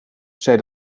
zei